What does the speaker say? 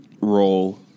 role